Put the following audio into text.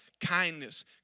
kindness